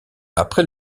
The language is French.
après